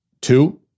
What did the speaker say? Two